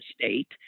state